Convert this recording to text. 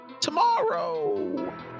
tomorrow